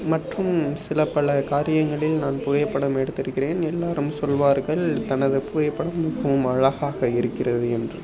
மற்றும் சில பல காரியங்களில் நான் புகைப்படம் எடுத்திருக்கிறேன் எல்லாரும் சொல்வார்கள் தனது புகைப்படம் ரொம்ப அழகாக இருக்கிறது என்று